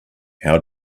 how